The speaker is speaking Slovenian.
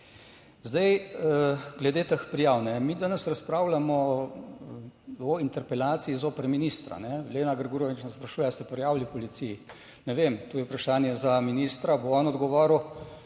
Zdaj glede teh prijav, ne. Mi danes razpravljamo o interpelaciji zoper ministra. Lena Grgurevič nas sprašuje, ali ste prijavili policiji. Ne vem, tu je vprašanje za ministra. Bo on odgovoril